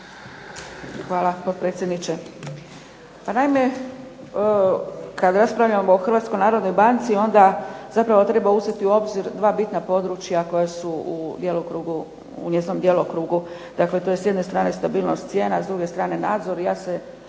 Hvala, potpredsjedniče. Pa naime, kad raspravljamo o Hrvatskoj narodnoj banci onda zapravo treba uzeti u obzir dva bitna područja koja su u njezinom djelokrugu. To je s jedne strane stabilnost cijena, s druge strane nadzor.